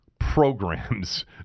programs